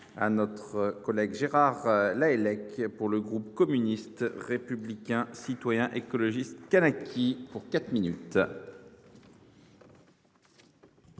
Merci